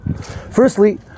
Firstly